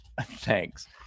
Thanks